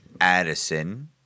Addison –